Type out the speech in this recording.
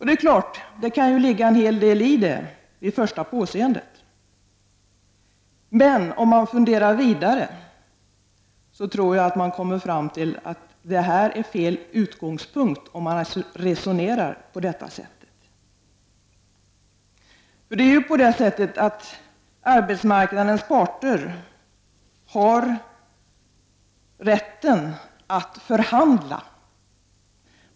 Det är klart att det vid första påseendet kan ligga en hel del i detta, men om man funderar vidare tror jag att man kommer fram till att man har fel utgångspunkt om man för ett sådant resonemang. Arbetsmarknadens parter har rätt att förhandla.